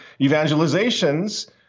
evangelizations